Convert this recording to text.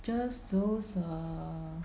just those err